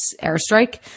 airstrike